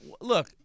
look